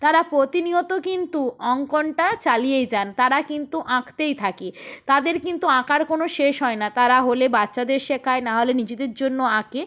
তারা প্রতিনিয়ত কিন্তু অঙ্কনটা চালিয়েই যান তারা কিন্তু আঁকতেই থাকে তাদের কিন্তু আঁকার কোনো শেষ হয় না তারা হলে বাচ্চাদের শেখায় না হলে নিজেদের জন্য আঁকে